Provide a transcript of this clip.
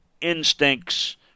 instincts